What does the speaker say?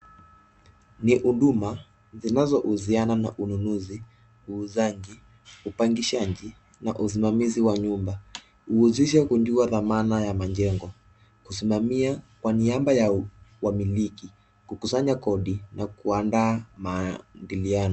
Ni huduma zinazohusiana na ununuzi, uuzaji, upangishaji na usimamizi wa nyumba. Huhusisha kujua dhamana ya majengo, kusimamia kwa niaba ya wamiliki ,kukusanya kodi na kuandaa maandiliano.